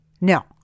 No